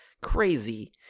crazy